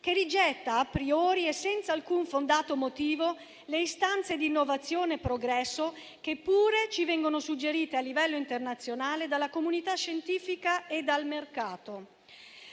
che rigetta *a priori* e senza alcun fondato motivo le istanze di innovazione e progresso che pure ci vengono suggerite a livello internazionale dalla comunità scientifica e dal mercato.